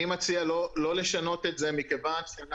אתם